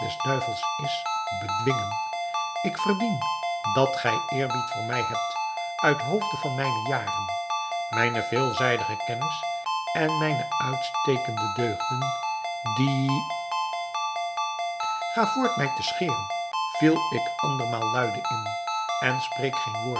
duivels is bedwingen ik verdien dat gij eerbied voor mij hebt uithoofde van mijne jaren mijne veelzijdige kennis en mijne uitstekende deugden die ga voort mij te scheren viel ik andermaal luide in en spreek geen woord